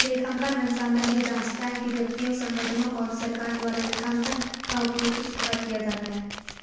लेखांकन अनुसंधान यह जाँचता है कि व्यक्तियों संगठनों और सरकार द्वारा लेखांकन का उपयोग किस प्रकार किया जाता है